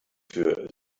für